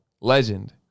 legend